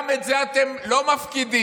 גם את זה אתם לא מפקידים,